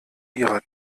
ihrer